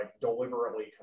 deliberately